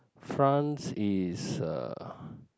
France is uh